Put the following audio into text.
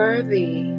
Worthy